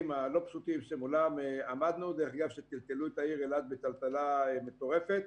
הלא-פשוטים שמולם עמדנו ושטלטלו את העיר אילת בטלטלה מטורפת.